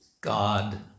God